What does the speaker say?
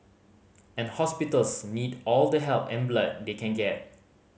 and hospitals need all the help and blood they can get